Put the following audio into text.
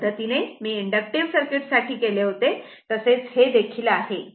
ज्या पद्धतीने मी इन्डक्टिव्ह सर्किट साठी केले होते तसेच हे देखील आहे